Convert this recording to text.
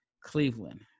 Cleveland